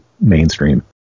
mainstream